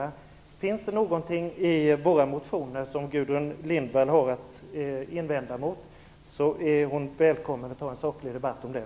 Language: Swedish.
Om det finns någonting i våra motioner som Gudrun Lindvall har invändningar mot är hon välkommen att ta en saklig debatt om det.